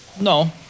No